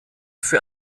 für